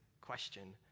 question